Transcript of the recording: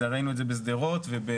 הרי ראינו את זה בשדרות ובחצור.